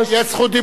יש זכות דיבור,